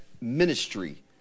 ministry